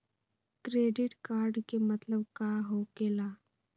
Credit card के मतलब का होकेला?